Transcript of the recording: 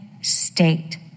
state